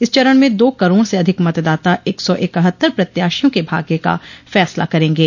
इस चरण में दो करोड़ से अधिक मतदाता एक सौ इकहत्तर प्रत्याशियों के भाग्य का फैसला करेंगे